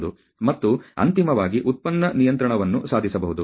ಮತ್ತು ಅಂತಿಮವಾಗಿ ಉತ್ಪನ್ನ ನಿಯಂತ್ರಣವನ್ನು ಸಾಧಿಸಬಹುದು